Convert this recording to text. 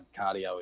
cardio